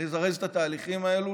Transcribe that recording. לזרז את התהליכים האלה.